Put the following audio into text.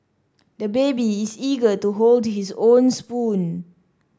the baby is eager to hold his own spoon